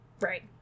Right